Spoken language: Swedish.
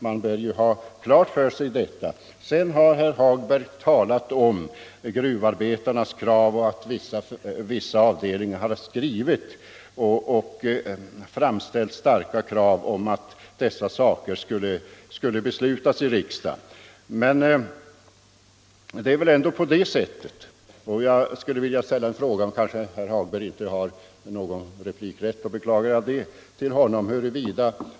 Det bör man ha klart för sig. Herr Hagberg har vidare talat om att vissa avdelningar bland gruvarbetarna har framställt skriftliga och starka krav om ett riksdagsbeslut i frågan. Jag skall ställa en fråga till herr Hagberg, även om jag beklagar att han inte har någon replikrätt.